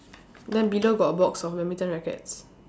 then below got a box of badminton rackets